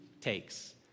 takes